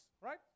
right